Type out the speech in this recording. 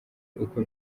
uko